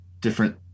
different